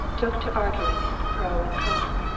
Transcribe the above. took to arguing it pro and con.